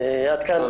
עד כאן.